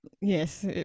yes